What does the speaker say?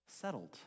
settled